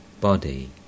body